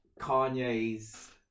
kanye's